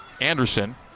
Anderson